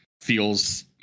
feels